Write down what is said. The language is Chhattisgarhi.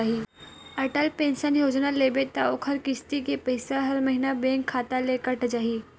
अटल पेंसन योजना लेबे त ओखर किस्ती के पइसा ह हर महिना बेंक खाता ले कटत जाही